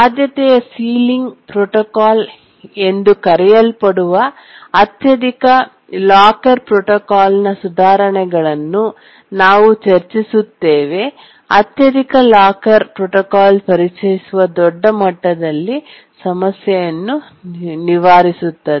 ಆದ್ಯತೆಯ ceiling protocol ಎಂದು ಕರೆಯಲ್ಪಡುವ ಅತ್ಯಧಿಕ ಲಾಕರ್ ಪ್ರೋಟೋಕಾಲ್ನ ಸುಧಾರಣೆಗಳನ್ನು ನಾವು ಚರ್ಚಿಸುತ್ತೇವೆ ಅತ್ಯಧಿಕ ಲಾಕರ್ ಪ್ರೋಟೋಕಾಲ್ ಪರಿಚಯಿಸುವ ದೊಡ್ಡ ಮಟ್ಟದಲ್ಲಿ ಸಮಸ್ಯೆಯನ್ನು ನಿವಾರಿಸುತ್ತದೆ